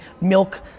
milk